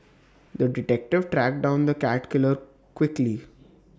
the detective tracked down the cat killer quickly